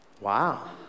Wow